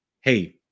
hey